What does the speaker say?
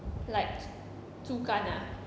like 猪肝 ah